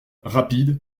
rapides